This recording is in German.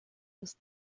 aus